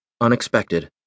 Unexpected